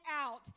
out